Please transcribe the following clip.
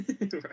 Right